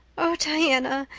oh, diana,